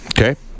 okay